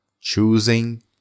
choosing